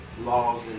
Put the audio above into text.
laws